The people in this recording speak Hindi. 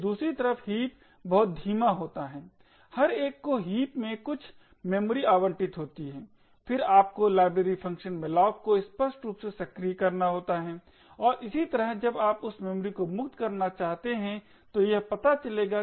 दूसरी तरफ हीप बहुत धीमी होता है हर एक को हीप में कुछ मेमोरी आवंटित होती है जिसे आपको लाइब्रेरी फंक्शन malloc को स्पष्ट रूप से सक्रिय करना होता है और इसी तरह जब आप उस मेमोरी को मुक्त करना चाहते हैं तो यह पता चलेगा कि free को कैसे आमंत्रित करते हैं